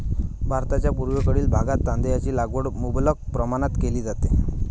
भारताच्या पूर्वेकडील भागात तांदळाची लागवड मुबलक प्रमाणात केली जाते